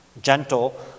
Gentle